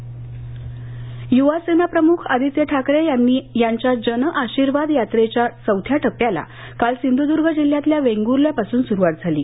सिंधुदुर्ग युवासेना प्रमुख आदित्य ठाकरे यांच्या जन आशिर्वाद यात्रेच्या चौथ्या टप्प्याला काल सिंधुदुर्ग जिल्ह्यातल्या वेंगुर्ल्यापासून सुरुवात झाली